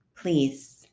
please